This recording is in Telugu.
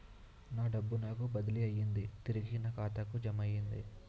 నా డబ్బు నాకు బదిలీ అయ్యింది తిరిగి నా ఖాతాకు జమయ్యింది